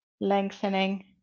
lengthening